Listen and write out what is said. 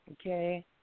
Okay